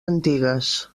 antigues